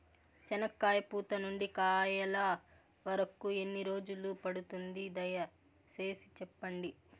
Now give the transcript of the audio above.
చెనక్కాయ పూత నుండి కాయల వరకు ఎన్ని రోజులు పడుతుంది? దయ సేసి చెప్పండి?